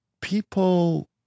people